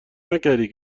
نکردی